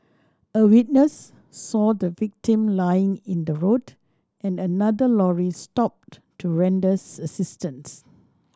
a witness saw the victim lying in the road and another lorry stopped to render assistance